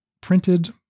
printed